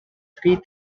three